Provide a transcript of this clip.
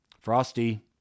Frosty